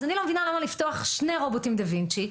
אז אני לא מבינה למה לפתוח שני רובוטים דה וינצ'י.